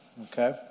okay